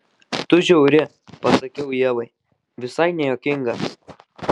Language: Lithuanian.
tu žiauri pasakiau ievai visai nejuokinga